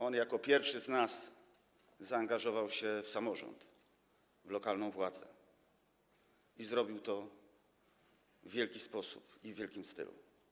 On jako pierwszy z nas zaangażował się w samorząd, w lokalną władzę i zrobił to w wielki sposób, w wielkim stylu.